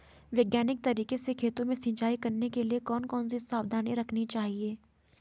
वैज्ञानिक तरीके से खेतों में सिंचाई करने के लिए कौन कौन सी सावधानी रखनी चाहिए?